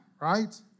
right